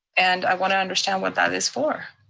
and i wanna understand what that is for.